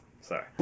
Sorry